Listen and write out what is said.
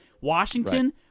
Washington